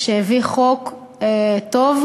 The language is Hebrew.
שהביא חוק טוב,